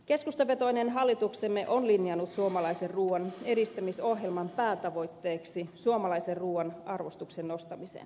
keskustavetoinen hallituksemme on linjannut suomalaisen ruuan edistämisohjelman päätavoitteeksi suomalaisen ruuan arvostuksen nostamisen